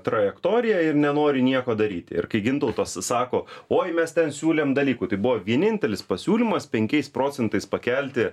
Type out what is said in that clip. trajektoriją ir nenori nieko daryti ir kai gintautas sako oi mes ten siūlėm dalykų tai buvo vienintelis pasiūlymas penkiais procentais pakelti